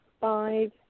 five